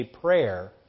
prayer